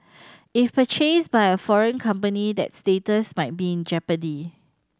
if purchased by a foreign company that status might be in jeopardy